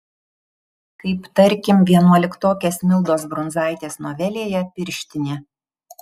kaip tarkim vienuoliktokės mildos brunzaitės novelėje pirštinė